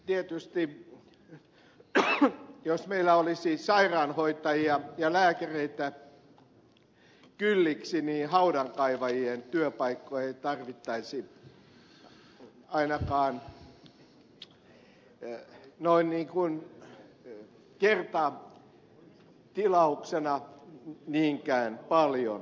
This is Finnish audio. tietysti jos meillä olisi sairaanhoitajia ja lääkäreitä kylliksi haudankaivajien työpaikkoja ei tarvittaisi ainakaan noin niin kuin kertatilauksena niinkään paljon